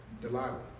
Delilah